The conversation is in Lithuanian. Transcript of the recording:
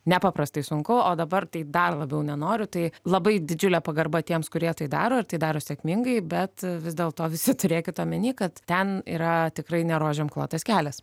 nepaprastai sunku o dabar tai dar labiau nenoriu tai labai didžiulė pagarba tiems kurie tai daro ir tai daro sėkmingai bet vis dėlto visi turėkit omeny kad ten yra tikrai ne rožėm klotas kelias